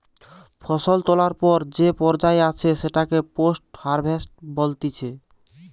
ফসল তোলার পর যে পর্যায়ে আছে সেটাকে পোস্ট হারভেস্ট বলতিছে